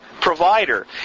provider